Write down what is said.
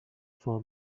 for